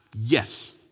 yes